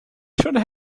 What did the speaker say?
should